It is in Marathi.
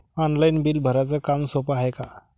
ऑनलाईन बिल भराच काम सोपं हाय का?